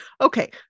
Okay